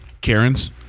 Karen's